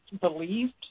believed